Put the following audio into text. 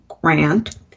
grant